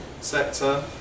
sector